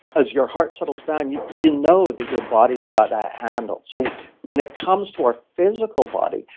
as your heart settles down, you you know that your body got that handle so when it comes to our physical body,